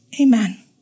amen